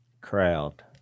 crowd